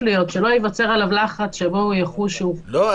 להיות - שלא ייווצר עליו לחץ שבו הוא יחוש שהוא --- לא,